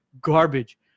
Garbage